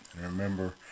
Remember